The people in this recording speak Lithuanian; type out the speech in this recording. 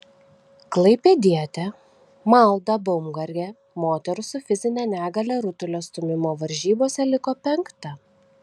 klaipėdietė malda baumgartė moterų su fizine negalia rutulio stūmimo varžybose liko penkta